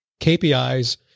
KPIs